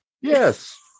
Yes